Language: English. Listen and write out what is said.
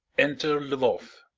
enter lvoff.